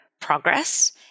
progress